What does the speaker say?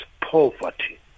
poverty